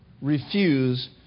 refuse